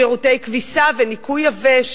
שירותי כביסה וניקוי יבש,